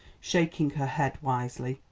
shaking her head wisely.